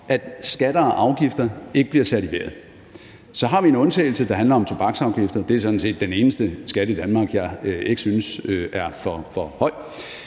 at skatter og afgifter ikke bliver sat i vejret. Så har vi en undtagelse, der handler om tobaksafgifter – det er sådan set den eneste skat i Danmark, jeg ikke synes er for høj